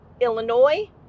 Illinois